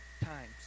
times